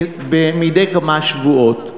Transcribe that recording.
מדי כמה שבועות,